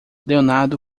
leonardo